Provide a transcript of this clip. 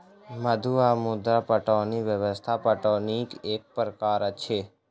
मद्दु वा मद्दा पटौनी व्यवस्था पटौनीक एक प्रकार अछि